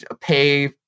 pay